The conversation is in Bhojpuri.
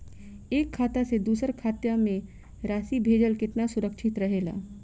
एक खाता से दूसर खाता में राशि भेजल केतना सुरक्षित रहेला?